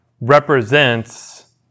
represents